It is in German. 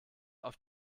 auf